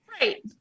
Right